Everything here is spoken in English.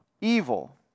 evil